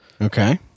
Okay